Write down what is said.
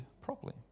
properly